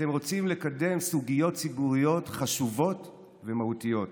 אתם רוצים לקדם סוגיות ציבוריות חשובות ומהותיות.